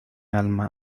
alma